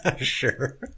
Sure